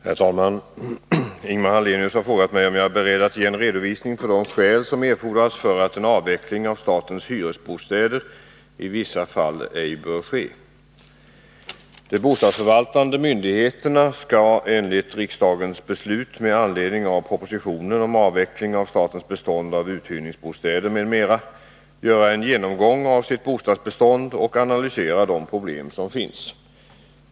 Herr talman! Ingemar Hallenius har frågat mig om jag är beredd att ge en redovisning för de skäl som erfordras för att en avveckling av statens hyresbostäder i vissa fall ej bör ske. De bostadsförvaltande myndigheterna skall enligt riksdagens beslut med anledning av propositionen om avveckling av statens bestånd av uthyrningsbostäder m.m. göra en genomgång av sitt bostadsbestånd och analysera de problem som finns.